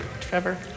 Trevor